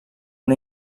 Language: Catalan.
una